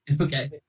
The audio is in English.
Okay